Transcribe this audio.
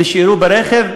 נשארו ברכב.